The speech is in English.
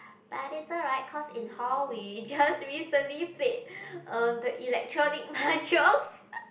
but it's alright cause in hall we just recently played uh the electronic mahjong